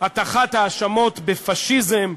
הטחת האשמות בפאשיזם,